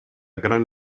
gran